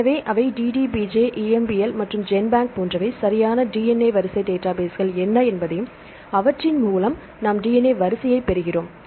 எனவே அவை DDBJ EMBL மற்றும் ஜென்பேங்க் போன்றவை சரியான DNA வரிசை டேட்டாபேஸ்கள் என்ன என்பதையும் அவற்றின் மூலம் நாம் DNA வரிசையை பெறுகிறோம்